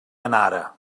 anara